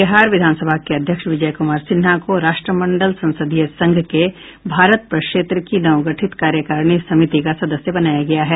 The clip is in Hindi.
बिहार विधानसभा के अध्यक्ष विजय कुमार सिन्हा को राष्ट्रमंडल संसदीय संघ के भारत प्रक्षेत्र की नवगठित कार्यकारिणी समिति का सदस्य बनाया गया है